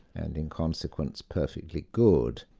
and in consequence perfectly good.